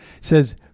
says